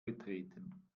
betreten